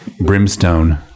brimstone